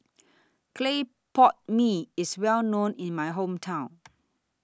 Clay Pot Mee IS Well known in My Hometown